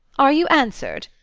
are you answered?